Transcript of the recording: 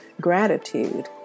gratitude